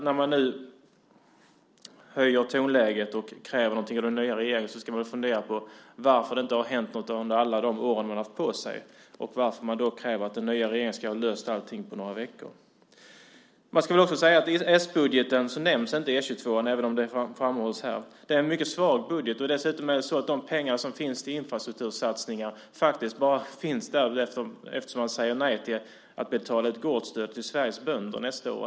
När man nu höjer tonläget och kräver något av den nya regeringen ska man väl fundera på varför det inte har hänt något under alla de år man har haft på sig och varför man kräver att den nya regeringen ska ha löst allting på några veckor. I s-budgeten nämns inte E 22:an även om det framhålls här. Det är en mycket svag budget. Dessutom finns pengarna till infrastruktursatsningar bara där eftersom man säger nej till att betala ut gårdsstöd till Sveriges bönder nästa år.